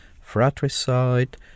fratricide